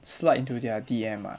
slide into their D_M ah